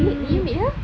did you did you meet her